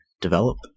develop